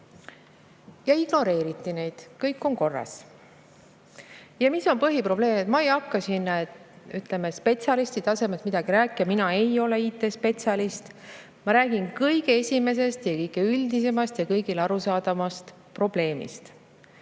ja ignoreeriti neid, [öeldes,] et kõik on korras. Mis on põhiprobleem? Ma ei hakka siin spetsialisti tasemel midagi rääkima, mina ei ole IT‑spetsialist. Ma räägin kõige esimesest, kõige üldisemast ja kõigile arusaadavast probleemist: